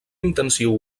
intensiu